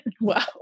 Wow